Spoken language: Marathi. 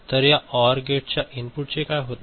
तर या ओर गेटच्या इनपुटचे काय होते